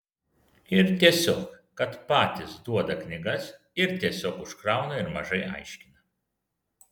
ir tiesiog kad patys duoda knygas ir tiesiog užkrauna ir mažai aiškina